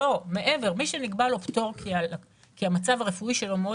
מי שנקבע לו פטור כי המצב הרפואי שלו מאוד